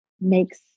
makes